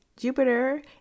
Jupiter